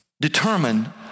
determine